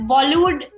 Bollywood